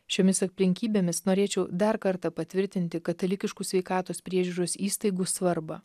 šiomis aplinkybėmis norėčiau dar kartą patvirtinti katalikiškų sveikatos priežiūros įstaigų svarbą